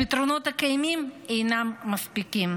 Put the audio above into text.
הפתרונות הקיימים אינם מספיקים,